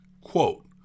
Quote